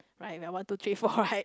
like there are one two three four right